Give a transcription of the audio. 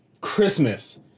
Christmas